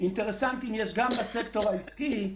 אינטרסנטים יש גם בסקטור העסקי,